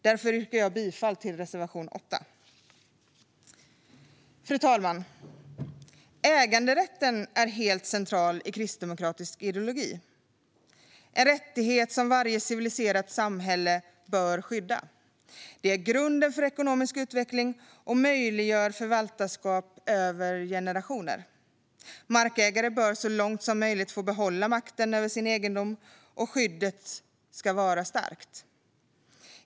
Därför yrkar jag bifall till reservation 8. Fru talman! Äganderätten är helt central i kristdemokratisk ideologi, en rättighet som varje civiliserat samhälle bör skydda. Den är grunden för ekonomisk utveckling och möjliggör förvaltarskap över generationer. Markägare bör så långt som möjligt få behålla makten över sin egendom, och skyddet ska vara starkt.